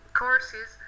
courses